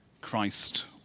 christ